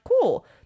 cool